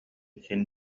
син